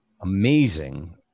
amazing